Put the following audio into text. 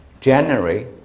January